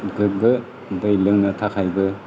गोग्गो दै लोंनो थाखायबो